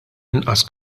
inqas